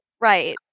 Right